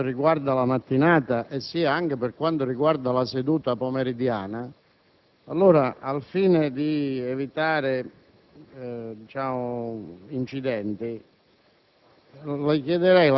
sia per quanto riguarda la mattinata, sia per quanto concerne la seduta pomeridiana. Al fine di evitare incidenti,